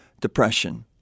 depression